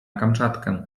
kamczatkę